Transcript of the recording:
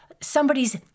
somebody's